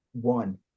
one